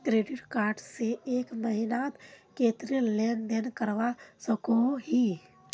Credit card से एक महीनात कतेरी लेन देन करवा सकोहो ही?